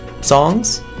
songs